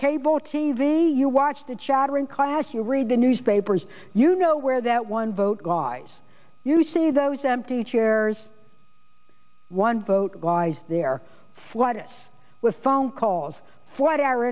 cable t v you watch the chattering class you read the newspapers you know where that one vote guys you see those empty chairs one vote lies they're flooded with phone calls for our